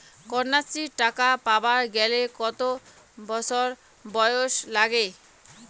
কন্যাশ্রী টাকা পাবার গেলে কতো বছর বয়স লাগে?